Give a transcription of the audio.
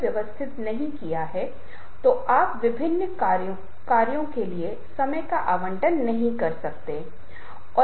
अगर यह सब पाठ्यक्रम आपके लिए कुछ अर्थ का है तो मुझे सफल होना पड़ेगा मुझे कम से कम 50 प्रतिशत की सीमा तक कम से कम सीमांत सीमा तक प्रत्याशित करने में सफल होना होगा कि आपको वास्तव में क्या चाहिए